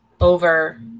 over